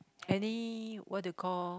any what you call